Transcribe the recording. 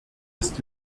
ist